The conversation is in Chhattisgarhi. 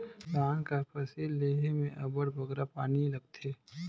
धान कर फसिल लेहे में अब्बड़ बगरा पानी लागथे